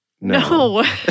No